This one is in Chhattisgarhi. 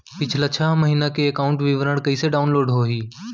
पिछला छः महीना के एकाउंट विवरण कइसे डाऊनलोड होही?